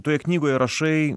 toje knygoje rašai